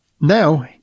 Now